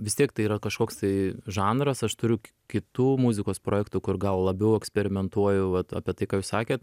vis tiek tai yra kažkoks tai žanras aš turiu kitų muzikos projektų kur gal labiau eksperimentuoju vat apie tai ką jūs sakėt